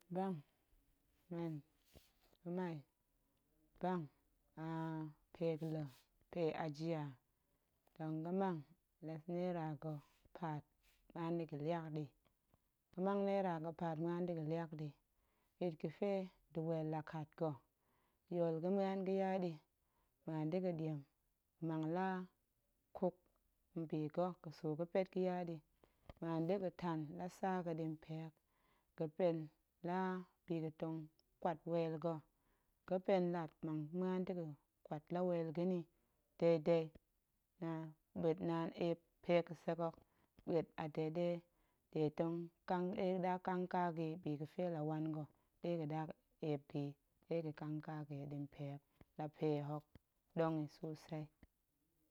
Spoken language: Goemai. Bang, men ga̱mai, bang aaa pe ga̱la̱ pe ajiya, tong ga̱mang la nera ga̱paat ga̱liak ɗi, ɓit ga̱fe ɗa weel la kat ga̱, yool ga̱ muan ga̱ ya ɗi, muan da̱ ga̱ɗiem, mang la kuk mbi ga̱ ga̱suu ga̱pet ga̱ muan ga̱ya ɗi, muan da̱ga̱ tang la tsa ga̱ ɗi mpe hok, ga̱pen la bi ga̱tong ƙwat weel ga̱, ga̱pen lat mang ga̱ muan da̱ga̱ ƙwat la weel ga̱ nni deidei, ɓuet naan eep pe ga̱sek hok, ɓuet a de ɗe ga̱ɗa ƙangƙa ga̱yi ɗi mpe hok la pe hok ɗong sosei.